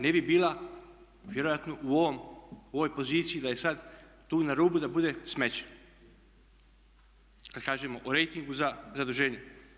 Ne bi bila vjerojatno u ovoj poziciji da je sad tu na rubu da bude smeće, kad kažemo o rejtingu za zaduženje.